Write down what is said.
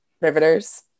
riveters